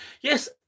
Yes